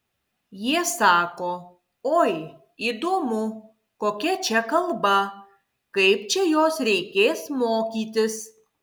jie sako oi įdomu kokia čia kalba kaip čia jos reikės mokytis